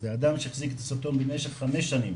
זה אדם שהחזיק את הסרטון במשך חמש שנים